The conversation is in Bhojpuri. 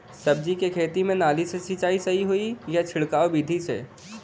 सब्जी के खेती में नाली से सिचाई सही होई या छिड़काव बिधि से?